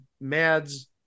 Mad's